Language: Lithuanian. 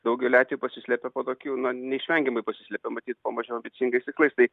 daugeliu atvejų pasislepia po tokių na neišvengiamai pasislepia matyt po mažiau ambicingais tikslais tai